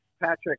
Patrick